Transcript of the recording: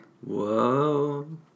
Whoa